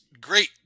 great